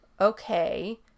Okay